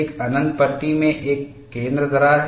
एक अनंत पट्टी में एक केंद्र दरार है